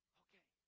okay